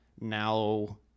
Now